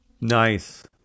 Nice